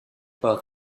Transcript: par